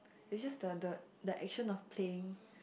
is just the the the action of playing